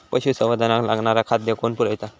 पशुसंवर्धनाक लागणारा खादय कोण पुरयता?